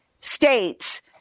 states